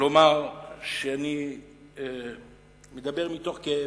לומר שאני מדבר מתוך כאב,